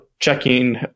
checking